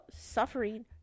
suffering